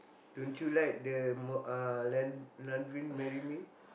don't you like the m~ uh land Lanvin marry me